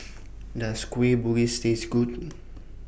Does Kueh Bugis Taste Good